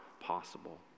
possible